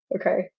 okay